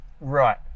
Right